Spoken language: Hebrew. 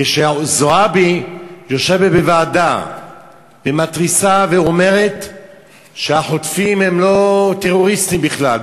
כשזועבי יושבת בוועדה ומתריסה ואומרת שהחוטפים הם לא טרוריסטים בכלל,